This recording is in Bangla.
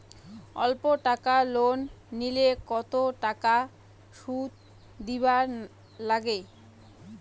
অল্প টাকা লোন নিলে কতো টাকা শুধ দিবার লাগে?